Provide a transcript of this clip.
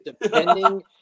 depending